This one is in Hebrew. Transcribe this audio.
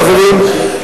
חברים,